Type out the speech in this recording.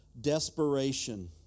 desperation